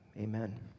amen